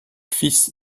fils